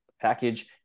package